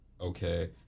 okay